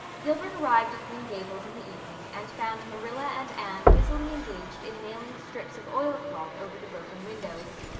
gilbert arrived at green gables in the evening and found marilla and anne busily engaged in nailing strips of oilcloth over the broken windows.